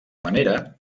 manera